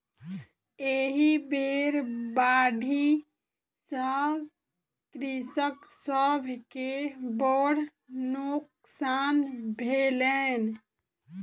एहि बेर बाढ़ि सॅ कृषक सभ के बड़ नोकसान भेलै